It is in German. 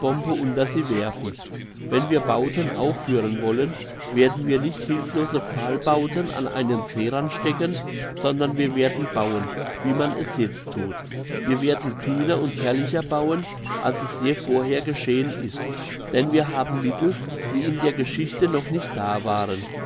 unter sie werfen wenn wir bauten ausführen wollen werden wir nicht hilflose pfahlbauten an einen seerand stecken sondern wir werden bauen wie man es jetzt thut wir werden kühner und herrlicher bauen als es je vorher geschehen ist denn wir haben mittel die in der geschichte noch nicht da waren